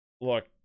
look